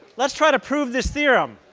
let's try to prove this theorem.